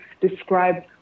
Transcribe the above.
describe